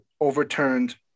overturned